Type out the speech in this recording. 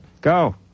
Go